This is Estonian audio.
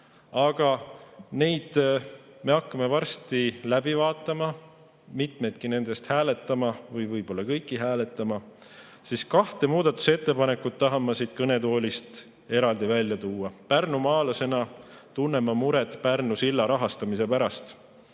ettepanekuid me hakkame varsti läbi vaatama, mitmeidki nendest hääletama või võib-olla kõiki hääletama. Aga kaks muudatusettepanekut tahan ma siit kõnetoolist eraldi välja tuua. Pärnumaalasena tunnen ma muret Pärnu silla rahastamise pärast.